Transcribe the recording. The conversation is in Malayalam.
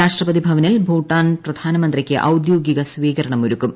രാഷ്ട്രപതിഭവനിൽ ഭൂട്ടാൻ പ്രധാനമന്ത്രിക്ക് ഔദ്യോഗിക സ്വീകരണമൊരുക്കും